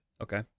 okay